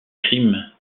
crimes